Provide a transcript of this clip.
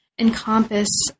encompass